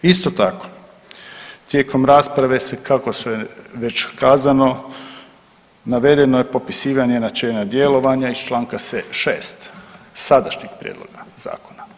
Isto tako, tijekom rasprave se kako se već kazano navedeno je popisivanje načela djelovanja iz članka 6. sadašnjeg Prijedloga zakona.